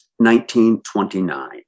1929